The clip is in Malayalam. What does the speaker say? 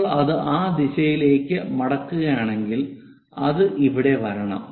നമ്മൾ അത് ആ ദിശയിലേക്ക് മടക്കുകയാണെങ്കിൽ അത് ഇവിടെ വരണം